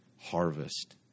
harvest